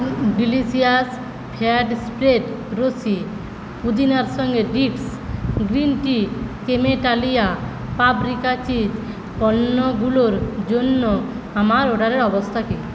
delicious fat spread rosy পুদিনার সঙ্গে dips green tea ক্রেমেটালিয়া পাপরিকা চিজ পণ্যগুলোর জন্য আমার অর্ডারের অবস্থা কী